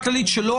אנחנו בגדול,